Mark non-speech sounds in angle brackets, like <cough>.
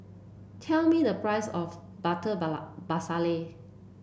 tell me the price of Butter <unintelligible> Masala